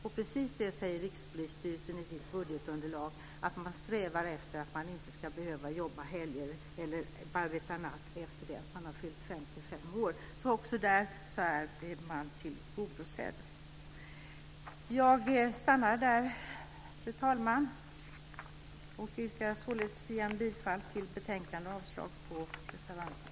Precis det säger Rikspolisstyrelsen i sitt budgetunderlag: Man strävar efter att poliser inte ska behöva jobba helger eller nätter efter det att de fyllt 55 år. Också där är reservanternas krav alltså tillgodosett. Jag stannar där, fru talman, och yrkar återigen bifall till förslaget i betänkandet och avslag på reservationerna.